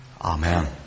Amen